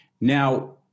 Now